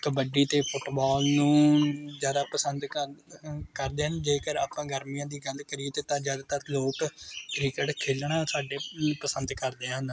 ਕਬੱਡੀ ਅਤੇ ਫੁੱਟਬੋਲ ਨੂੰ ਜ਼ਿਆਦਾ ਪਸੰਦ ਕਰ ਕਰਦੇ ਹਨ ਜੇਕਰ ਆਪਾਂ ਗਰਮੀਆਂ ਦੀ ਗੱਲ ਕਰੀਏ ਤਾਂ ਤਾਂ ਜਦ ਤੱਕ ਲੋਕ ਕ੍ਰਿਕਟ ਖੇਲਣਾ ਸਾਡੇ ਪਸੰਦ ਕਰਦੇ ਹਨ